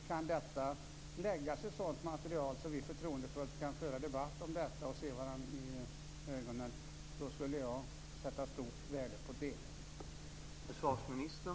Jag skulle sätta stort värde på om det kunde läggas fram ett sådant material att vi förtroendefullt kunde föra debatt om det och se varandra i ögonen.